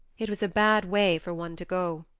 it was a bad way for one to go,